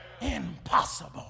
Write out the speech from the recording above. impossible